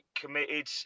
committed